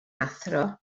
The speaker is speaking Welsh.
athro